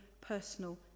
personal